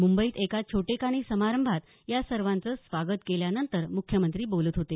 मुंबईत एका छोटेखानी समारंभात या सर्वांचं स्वागत केल्यानंतर मुख्यमंत्री बोलत होते